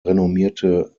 renommierte